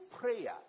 prayer